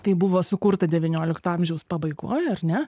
taip buvo sukurta devyniolikto amžiaus pabaigoj ar ne